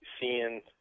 seeing